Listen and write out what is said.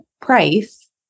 price